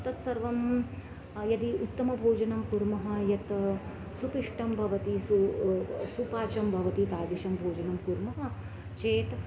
तत्सर्वं यदि उत्तमं भोजनं कुर्मः यत् सुपिष्टं भवति सु सुपाचं भवति तादृशं भोजनं कुर्मः चेत्